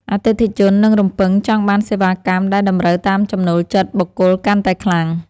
អតិថិជននឹងរំពឹងចង់បានសេវាកម្មដែលតម្រូវតាមចំណូលចិត្តបុគ្គលកាន់តែខ្លាំង។